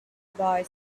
boy